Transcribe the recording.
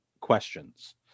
questions